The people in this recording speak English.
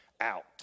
out